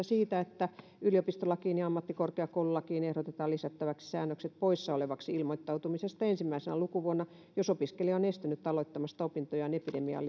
siitä että yliopistolakiin ja ammattikorkeakoululakiin ehdotetaan lisättäväksi säännökset poissa olevaksi ilmoittautumisesta ensimmäisenä lukuvuonna jos opiskelija on estynyt aloittamasta opintojaan epidemiaan